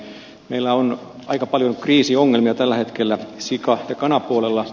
eli meillä on aika paljon kriisiongelmia tällä hetkellä sika ja kanapuolella